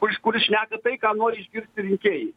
kuri kuris šneka tai ką nori išgirsti rinkėjai